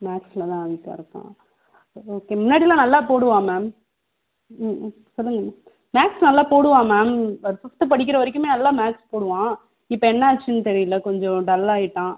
மேக்ஸில் தான் வீக்கா இருக்கான் ஓகே முன்னாடிலாம் நல்லா போடுவான் மேம் ம் ம் சொல்லுங்கள் மேம் மேக்ஸ் நல்லா போடுவான் மேம் ஃபிஃப்த்து படிக்கிற வரைக்குமே நல்லா மேக்ஸ் போடுவான் இப்போ என்ன ஆச்சுன்னு தெரியல கொஞ்சம் டல் ஆகிட்டான்